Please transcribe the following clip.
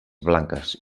blanques